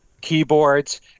keyboards